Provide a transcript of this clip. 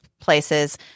places